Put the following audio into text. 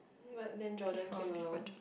but then Jordan came along